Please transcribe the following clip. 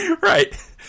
Right